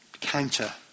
counter